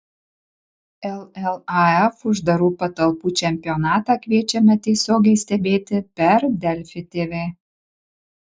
llaf uždarų patalpų čempionatą kviečiame tiesiogiai stebėti per delfi tv